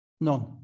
none